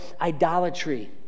idolatry